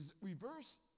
reverse